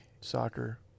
soccer